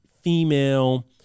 female